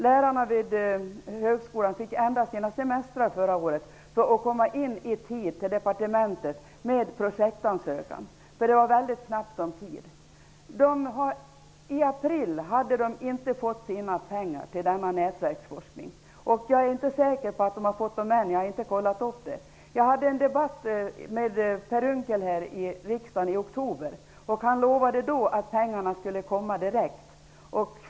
Lärarna vid högskolan fick ändra sina semestrar förra året för att i tid komma in med projektansökan till departementet. Det var väldigt knappt om tid. Ännu i april hade de inte fått pengarna till denna nätverksforskning; jag är inte säker på att de har fått dem ännu. I oktober hade jag en debatt här i riksdagen med Per Unckel. Han lovade då att pengarna skulle komma direkt.